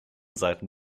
seiten